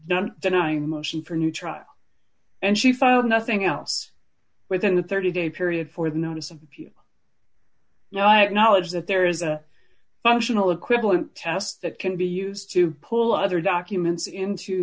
not denying motion for a new trial and she found nothing else within the thirty day period for the notice of appeal now i acknowledge that there is a functional equivalent test that can be used to pull other documents into